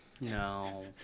no